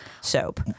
soap